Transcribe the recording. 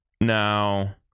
Now